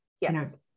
Yes